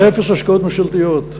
אפס השקעות ממשלתיות.